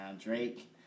Drake